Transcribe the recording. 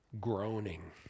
Groaning